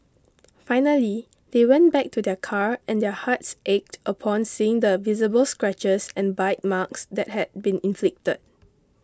finally they went back to their car and their hearts ached upon seeing the visible scratches and bite marks that had been inflicted